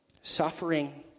suffering